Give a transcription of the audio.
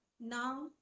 now